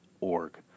org